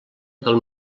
del